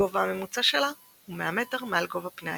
הגובה הממוצע שלה הוא 100 מטר מעל גובה פני הים,